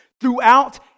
throughout